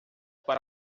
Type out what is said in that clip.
para